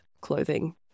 clothing